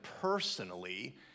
personally